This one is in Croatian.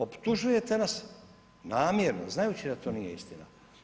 Optužujete nas, namjerno, znajući da to nije istina.